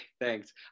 thanks